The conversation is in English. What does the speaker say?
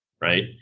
right